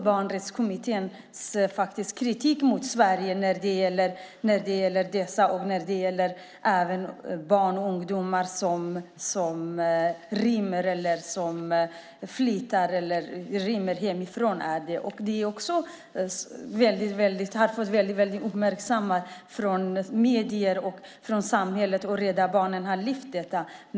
Barnrättskommittén riktar kritik mot Sverige när det gäller dessa saker och även när det gäller barn och ungdomar som rymmer hemifrån. Detta har uppmärksammats mycket av medierna och samhället, och Rädda Barnen har lyft fram detta.